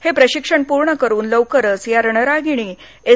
हे प्रशिक्षण पूर्ण करून लवकरच या रणरागिणी एस